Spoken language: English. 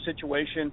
situation